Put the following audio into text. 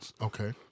Okay